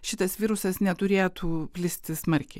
šitas virusas neturėtų plisti smarkiai